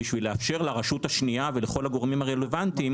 בשביל לאפשר לרשות השנייה ולכל הגורמים הרלוונטיים,